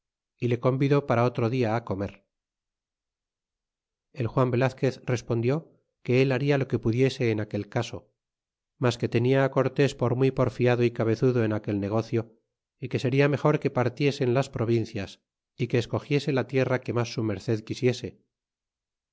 y le convidó para otro dia comer y el juan velazquez respondió que él halla lo que pudiese en aquel caso mas que tenia a cortés por muy porfiado y cabezudo en aquel negocio y que seria mejor que partiesen las provincias y que escogiese la tierra que mas su merced quisiese